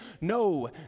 No